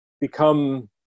become